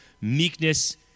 meekness